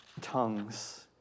tongues